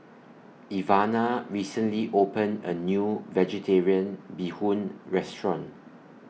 Ivana recently opened A New Vegetarian Bee Hoon Restaurant